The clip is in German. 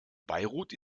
beirut